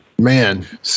Man